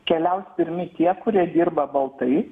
keliaus pirmi tie kurie dirba baltai